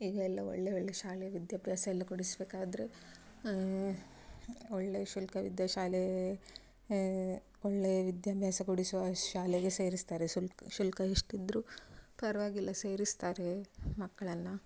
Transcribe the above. ಈಗ ಎಲ್ಲ ಒಳ್ಳೆ ಒಳ್ಳೆ ಶಾಲೆ ವಿದ್ಯಾಭ್ಯಾಸ ಎಲ್ಲ ಕೊಡಿಸಬೇಕಾದ್ರೆ ಒಳ್ಳೆ ಶುಲ್ಕವಿದ್ದ ಶಾಲೆ ಒಳ್ಳೆ ವಿದ್ಯಾಭ್ಯಾಸ ಕೊಡಿಸುವ ಶಾಲೆಗೆ ಸೇರಿಸ್ತಾರೆ ಶುಲ್ ಶುಲ್ಕ ಎಷ್ಟಿದ್ದರೂ ಪರ್ವಾಗಿಲ್ಲ ಸೇರಿಸ್ತಾರೆ ಮಕ್ಕಳನ್ನ